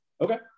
Okay